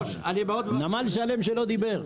נמל שלם שלא דיבר.